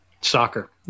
Soccer